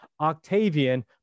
Octavian